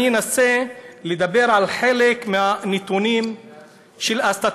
אני אנסה לדבר על חלק מהנתונים הסטטיסטיים,